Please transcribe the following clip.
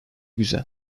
güzel